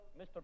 mr